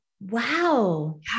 Wow